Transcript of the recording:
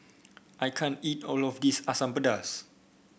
I can't eat all of this Asam Pedas